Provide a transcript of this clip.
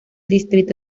distrito